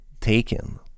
taken